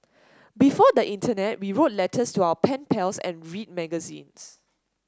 before the internet we wrote letters to our pen pals and read magazines